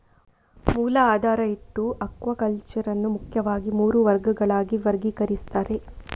ಮೂಲ ಆಧಾರ ಇಟ್ಟು ಅಕ್ವಾಕಲ್ಚರ್ ಅನ್ನು ಮುಖ್ಯವಾಗಿ ಮೂರು ವರ್ಗಗಳಾಗಿ ವರ್ಗೀಕರಿಸ್ತಾರೆ